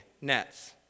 nets